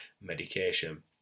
medication